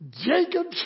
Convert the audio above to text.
Jacob